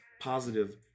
positive